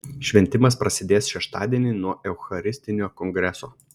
šventimas prasidės šeštadienį nuo eucharistinio kongreso